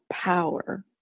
power